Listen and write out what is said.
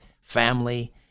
family